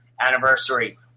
anniversary